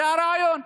זה הרעיון.